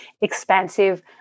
expansive